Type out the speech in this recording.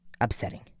upsetting